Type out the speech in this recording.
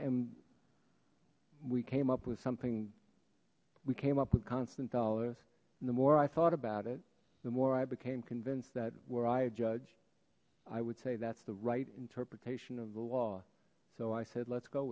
and we came up with something we came up with constant dollars and the more i thought about it the more i became convinced that where i judge i would say that's the right interpretation of the law so i said let's go